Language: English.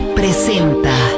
presenta